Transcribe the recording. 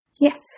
Yes